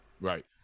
Right